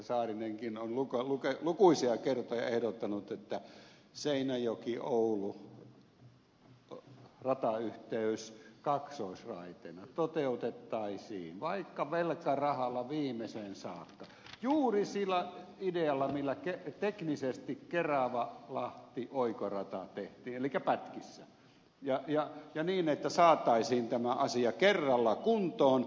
saarinenkin on lukuisia kertoja ehdottanut että seinäjokioulu ratayhteys kaksoisraiteena toteutettaisiin vaikka velkarahalla viimeiseen saakka juuri sillä idealla millä teknisesti keravalahti oikorata tehtiin elikkä pätkissä ja niin että saataisiin tämä asia kerralla kuntoon